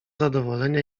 zadowolenia